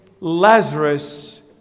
Lazarus